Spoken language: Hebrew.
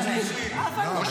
שלו.